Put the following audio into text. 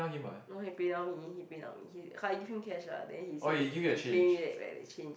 no he PayNow me he PayNow me he I give him cash ah then he say he pay me back like the change